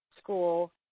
school